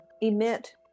emit